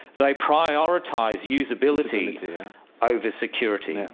they prioritise usability over security. yeah